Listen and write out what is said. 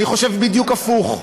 אני חושב בדיוק הפוך: